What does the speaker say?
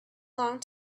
long